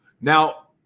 now